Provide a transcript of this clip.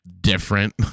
different